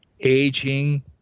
aging